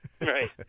Right